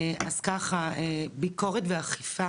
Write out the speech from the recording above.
ביקורת ואכיפה